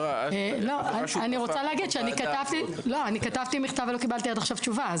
אני רוצה להגיד שאני כתבתי מכתב ולא קיבלתי עד עכשיו תשובה,